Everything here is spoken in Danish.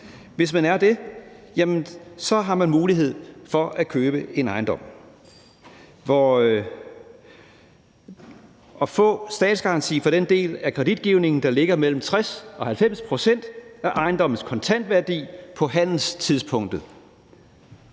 bilag 1, så har man mulighed for at købe en ejendom og få statsgaranti for den del af kreditgivningen, der ligger mellem 60 og 90 pct. af ejendommens kontantværdi på handelstidspunktet.